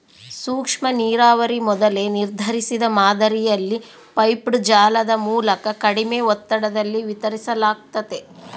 ಸೂಕ್ಷ್ಮನೀರಾವರಿ ಮೊದಲೇ ನಿರ್ಧರಿಸಿದ ಮಾದರಿಯಲ್ಲಿ ಪೈಪ್ಡ್ ಜಾಲದ ಮೂಲಕ ಕಡಿಮೆ ಒತ್ತಡದಲ್ಲಿ ವಿತರಿಸಲಾಗ್ತತೆ